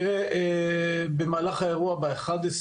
תראה, במהלך האירוע ב-11,